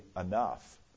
enough